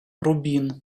рубін